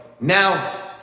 Now